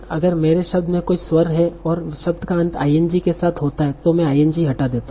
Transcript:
अगर मेरे शब्द में कोई स्वर है और शब्द का अंत 'ing' के साथ होता है तो मैं 'ing' हटा देता हूं